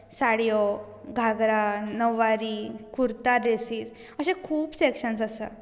साडयो घागरा णववारी कुर्ता ड्रेसीस अशे खुबशे सेक्शेनस आसा